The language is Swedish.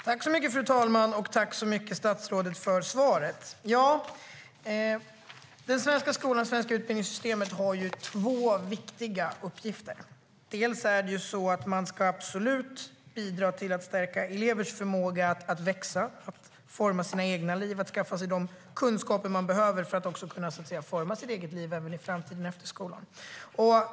Fru talman! Tack så mycket, statsrådet, för svaret! Den svenska skolan och det svenska utbildningssystemet har två viktiga uppgifter. Dels ska skolan absolut bidra till att stärka elevers förmåga att växa, forma sina egna liv och skaffa sig de kunskaper de behöver för att också kunna forma sina egna liv i framtiden efter skolan.